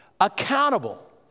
Accountable